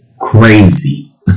crazy